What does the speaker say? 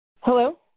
Hello